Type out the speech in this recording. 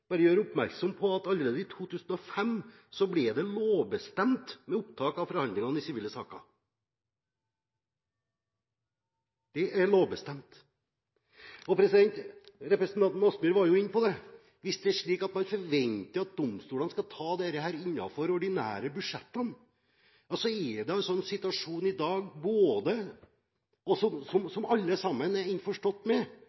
bare få gjøre oppmerksom på at allerede i 2005 ble det lovbestemt med opptak av forhandlinger i sivile saker. Det er lovbestemt. Representanten Kielland Asmyhr var inne på det. Hvis det er slik at man forventer at domstolene skal ta dette innenfor de ordinære budsjettene, er altså situasjonen sånn i dag, som alle er innforstått med – komiteen har hatt besøk og